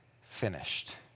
finished